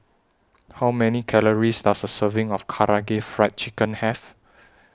How Many Calories Does A Serving of Karaage Fried Chicken Have